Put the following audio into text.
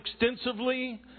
extensively